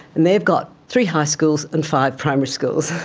and they've got three high schools and five primary schools.